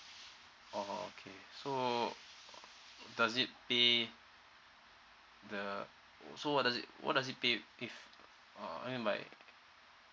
okay so does it pay the so what does it what does it pay if uh I mean by